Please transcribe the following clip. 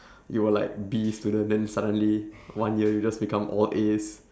you were like B student then suddenly one year you just become all As